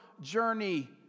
journey